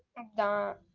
and